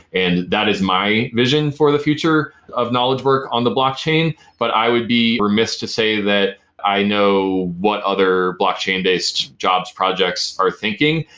and that is my vision for the future of knowledge work on the blockchain but i would be remiss to say that i know what other blockchain based jobs, projects are thinking.